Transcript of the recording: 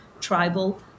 tribal